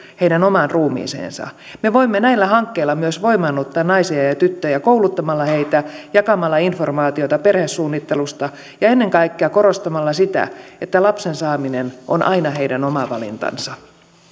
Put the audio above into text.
heidän omaan ruumiiseensa me voimme näillä hankkeilla myös voimaannuttaa naisia ja ja tyttöjä kouluttamalla heitä jakamalla informaatiota perhesuunnittelusta ja ennen kaikkea korostamalla sitä että lapsen saaminen on aina heidän oma valintansa